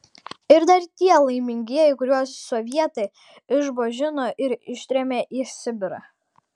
ir dar tie laimingieji kuriuos sovietai išbuožino ir ištrėmė į sibirą